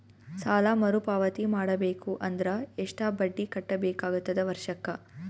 ಸಾಲಾ ಮರು ಪಾವತಿ ಮಾಡಬೇಕು ಅಂದ್ರ ಎಷ್ಟ ಬಡ್ಡಿ ಕಟ್ಟಬೇಕಾಗತದ ವರ್ಷಕ್ಕ?